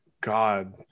God